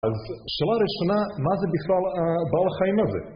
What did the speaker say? אז שאלה ראשונה, מה זה בכלל הבעל חיים הזה?